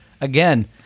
again